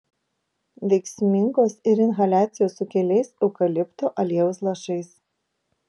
veiksmingos ir inhaliacijos su keliais eukalipto aliejaus lašais